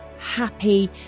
happy